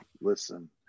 listen